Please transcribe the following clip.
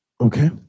Okay